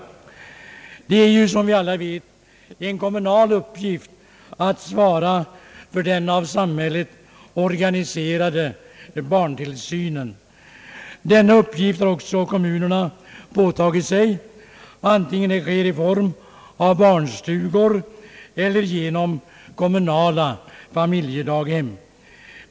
Det är som alla vet en kommunal uppgift ait svara för den av samhället organiserade barntillsynen. Denna uppgift har också kommunerna påtagit sig — genom anordnande av barnstugor eller kommunala familjedaghem.